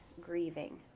grieving